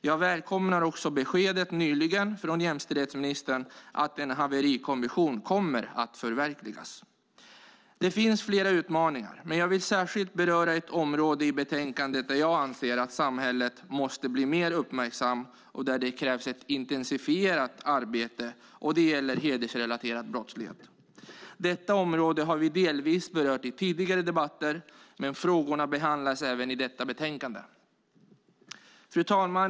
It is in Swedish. Jag välkomnar också det besked som kom nyligen från jämställdhetsministern om att en haverikommission kommer att förverkligas. Det finns flera utmaningar, men jag vill särskilt beröra ett område i betänkandet där jag anser att samhället måste bli mer uppmärksamt och där det krävs ett intensifierat arbete, och det gäller hedersrelaterad brottslighet. Vi har delvis berört detta område i tidigare debatter, men frågorna behandlas även i detta betänkande. Fru talman!